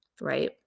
right